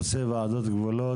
נושא ועדות גבולות,